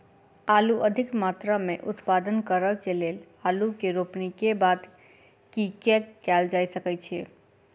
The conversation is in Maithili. आलु अधिक मात्रा मे उत्पादन करऽ केँ लेल आलु केँ रोपनी केँ बाद की केँ कैल जाय सकैत अछि?